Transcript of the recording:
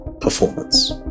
performance